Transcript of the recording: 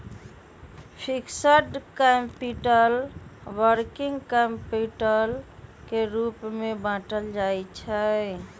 fixed capital, working capital के रूप में बाटल जाइ छइ